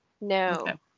No